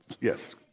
Yes